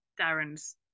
Darren's